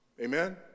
amen